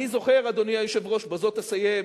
אני זוכר, אדוני היושב-ראש, ובזאת אסיים,